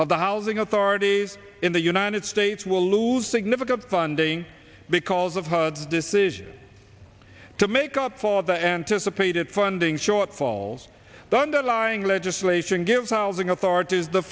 of the housing authority in the united states will lose significant funding because of the decision to make up for the anticipated funding shortfalls the underlying legislation gives housing authorities the